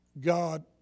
God